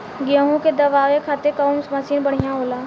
गेहूँ के दवावे खातिर कउन मशीन बढ़िया होला?